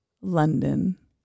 London